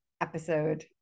episode